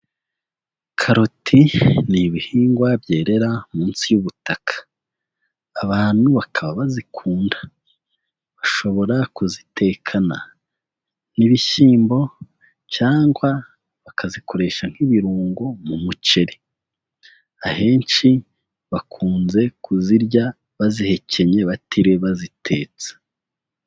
Karoti ni ibihingwa byerera munsi y'ubutaka, abantu bakaba bazikunda, bashobora kuzitekana n'ibishyimbo cyangwa bakazikoresha nk'ibirungo mu muceri, ahenshi bakunze kuzirya bazihekenye batiriwe bazitetse.